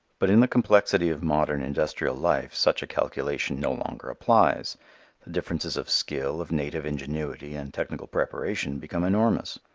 but in the complexity of modern industrial life such a calculation no longer applies the differences of skill, of native ingenuity, and technical preparation become enormous.